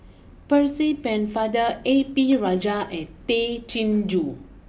Percy Pennefather A P Rajah and Tay Chin Joo